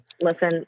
Listen